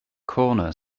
corner